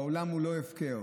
העולם הוא לא הפקר,